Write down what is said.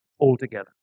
altogether